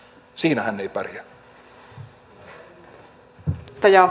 arvoisa rouva puhemies